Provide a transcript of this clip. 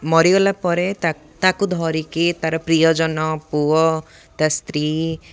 ମରିଗଲା ପରେ ତାକୁ ଧରିକି ତା'ର ପ୍ରିୟଜନ ପୁଅ ତା' ସ୍ତ୍ରୀ